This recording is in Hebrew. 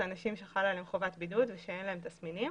אלה אנשים שחלה עליהם חובת בידוד ושאין להם תסמינים.